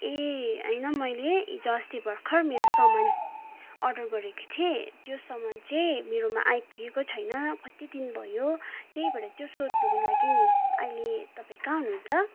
ए होइन मैले हिजो अस्ति भर्खर मेरो सामान अर्डर गरेको थिएँ त्यो सामान चाहिँ मेरोमा आइपुगेको छैन कति दिन भयो त्यही भएर त्यो सोध्नुको लागि नि अहिले तपाईँ कहाँ हुनुहुन्छ